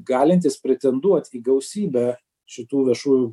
galintis pretenduot į gausybę šitų viešų